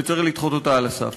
וצריך לדחות אותה על הסף.